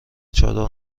چادر